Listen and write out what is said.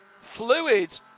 fluid